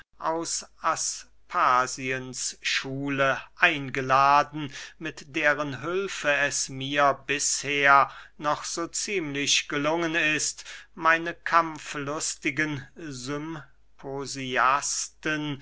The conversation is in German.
aus aspasiens schule eingeladen mit deren hülfe es mir bisher noch so ziemlich gelungen ist meine kampflustigen